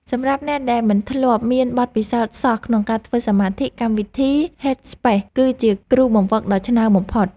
សម្រាប់អ្នកដែលមិនធ្លាប់មានបទពិសោធន៍សោះក្នុងការធ្វើសមាធិកម្មវិធី ហេតស្ប៉េស (Headspace) គឺជាគ្រូបង្វឹកដ៏ឆ្នើមបំផុត។